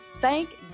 Thank